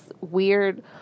weird